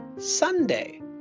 Sunday